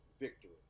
Victory